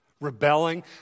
Rebelling